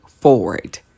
forward